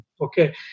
okay